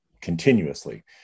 continuously